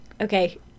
okay